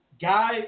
guy